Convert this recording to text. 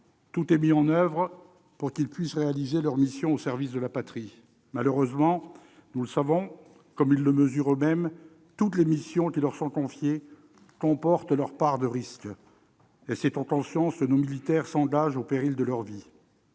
Tout est mis en oeuvre pour qu'ils puissent réaliser leur mission au service de la patrie. Malheureusement, nous le mesurons comme eux-mêmes, toutes les missions qui leur sont confiées comportent leur part de risques. C'est en conscience que nos militaires s'engagent au péril de leur vie.